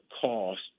cost